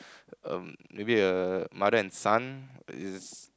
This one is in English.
um maybe a mother and son is